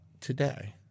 today